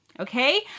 okay